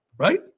Right